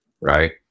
right